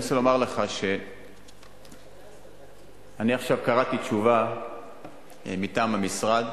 אני רוצה לומר לך שאני עכשיו קראתי תשובה מטעם המשרד.